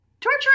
torture